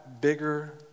bigger